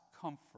comfort